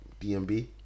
DMB